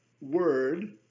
word